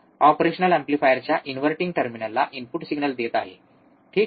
operational एम्पलीफायरच्या inverting टर्मिनलला input signal देत आहे ठीक